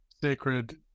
sacred